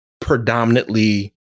predominantly